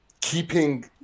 keeping